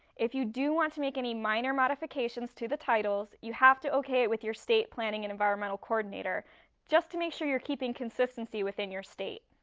if you do want to make any minor modifications to the titles, you have to okay it with your state planning and environmental coordinator just to make sure you're keeping consistency within your state.